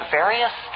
various